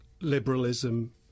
liberalism